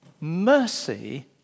Mercy